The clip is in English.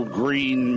green